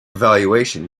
evaluation